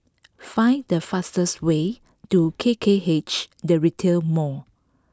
find the fastest way to K K H The Retail Mall